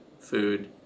food